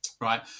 right